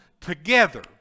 together